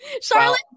Charlotte